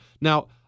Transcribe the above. Now